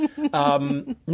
No